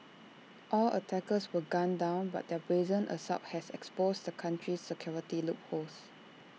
all attackers were gunned down but their brazen assault has exposed the country's security loopholes